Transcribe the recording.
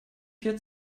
vier